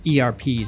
ERPs